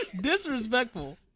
Disrespectful